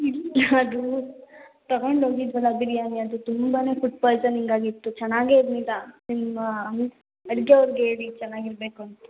ಇಲ್ಲ ಅದು ತೊಗೊಂಡೋಗಿದ್ವಲ ಬಿರಿಯಾನಿ ಅದು ತುಂಬಾ ಫುಡ್ ಪಾಯ್ಸನಿಂಗ್ ಆಗಿತ್ತು ಚೆನ್ನಾಗೆ ಇರಲಿಲ್ಲ ನಿಮ್ಮ ಅಡ್ಗೆಯವ್ರಿಗೆ ಹೇಳಿ ಚೆನ್ನಾಗಿರ್ಬೇಕುಂತ